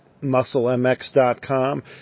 musclemx.com